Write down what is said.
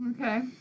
Okay